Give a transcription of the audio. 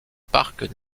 parc